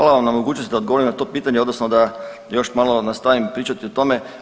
Hvala vam na mogućnosti da odgovorim na to pitanje, odnosno da još malo nastavim pričati o tome.